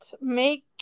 make